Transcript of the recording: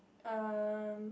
erm